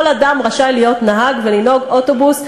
כל אדם רשאי להיות נהג ולנהוג אוטובוס,